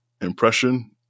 impression